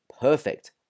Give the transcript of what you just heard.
perfect